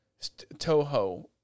Toho